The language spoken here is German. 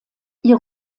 ihr